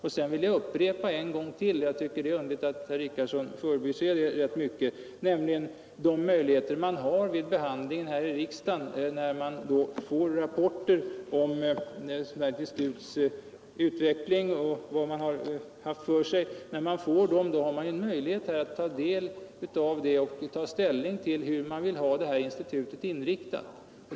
Slutligen vill jag upprepa — och jag tycker det är egendomligt att herr Richardson förbiser det — att när man vid behandlingen här i riksdagen får rapporten om institutets utveckling kan man ju se vad som har uträttats. Då kan man också ta ställning till hur man vill ha institutet inriktat.